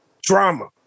Drama